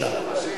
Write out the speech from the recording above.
בבקשה.